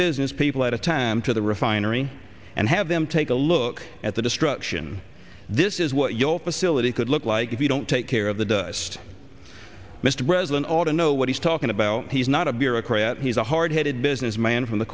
business people at a time to the refinery and have them take a look at the destruction this is what your facility could look like if you don't take care of the dust mr president ought to know what he's talking about he's not a bureaucrat he's a hard headed businessman from the